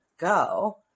go